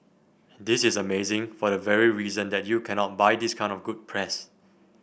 this is amazing for the very reason that you cannot buy this kind of good press